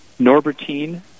Norbertine